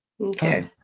okay